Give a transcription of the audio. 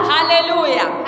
Hallelujah